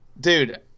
Dude